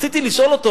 רציתי לשאול אותו,